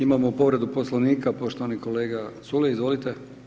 Imamo povredu Poslovnika, poštovani kolega Culej, izvolite.